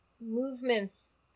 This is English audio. movements